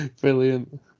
Brilliant